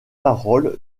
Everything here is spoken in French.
paroles